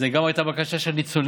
זו גם הייתה הבקשה של הניצולים.